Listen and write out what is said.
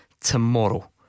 Tomorrow